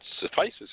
suffices